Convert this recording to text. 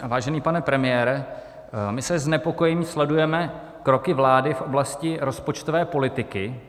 Vážený pane premiére, my se znepokojením sledujeme kroky vlády v oblasti rozpočtové politiky.